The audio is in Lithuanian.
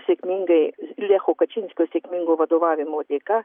sėkmingai lecho kačinskio sėkmingo vadovavimo dėka